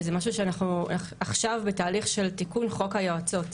וזה משהו שאנחנו עכשיו בתהליך של תיקון חוק היועצות,